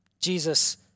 Jesus